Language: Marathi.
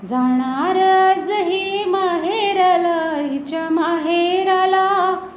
जाणार आज ही माहेरला हिच्या माहेराला